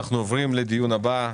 אנחנו עוברים לדיון הבא.